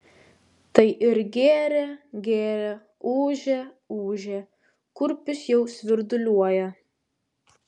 tai ir gėrė gėrė ūžė ūžė kurpius jau svirduliuoja